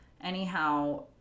Anyhow